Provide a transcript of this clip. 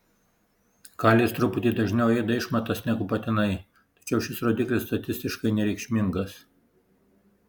kalės truputį dažniau ėda išmatas negu patinai tačiau šis rodiklis statistiškai nereikšmingas